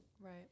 right